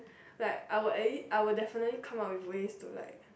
like I will at lea~ I will definitely come out with ways to like